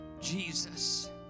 Jesus